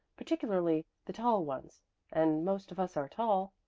particularly the tall ones and most of us are tall,